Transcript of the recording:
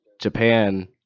Japan